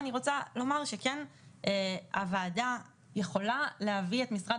אני רוצה גם לומר שהוועדה יכולה לזמן את משרד